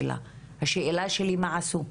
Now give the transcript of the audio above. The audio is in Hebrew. השאלה שלי מה עשו,